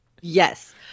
yes